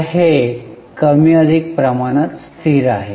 तर हे कमी अधिक प्रमाणात स्थिर आहे